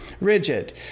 rigid